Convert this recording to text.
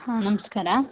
ಹಾಂ ನಮಸ್ಕಾರ